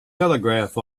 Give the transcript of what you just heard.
telegraph